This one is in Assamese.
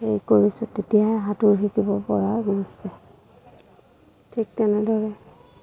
হেৰি কৰিছোঁ তেতিয়াহে সাঁতোৰ শিকিব পৰা গৈছে ঠিক তেনেদৰে